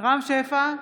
רם שפע,